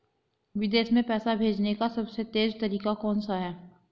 विदेश में पैसा भेजने का सबसे तेज़ तरीका कौनसा है?